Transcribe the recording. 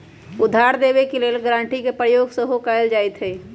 उधार देबऐ के लेल गराँटी के प्रयोग सेहो कएल जाइत हइ